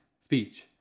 speech